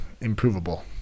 improvable